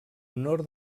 honor